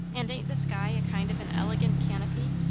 and ain't the sky a kind of an elegant canopy?